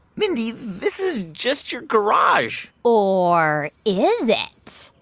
mindy, this is just your garage or is it?